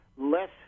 less